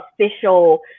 official